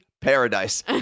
paradise